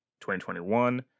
2021